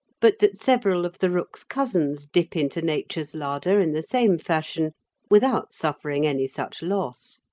but that several of the rook's cousins dip into nature's larder in the same fashion without suffering any such loss.